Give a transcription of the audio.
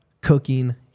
cooking